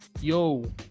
yo